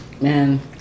Man